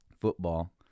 football